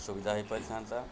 ଅସୁବିଧା ହେଇପାରିଥାନ୍ତା